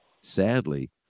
sadly